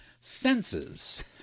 senses